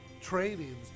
trainings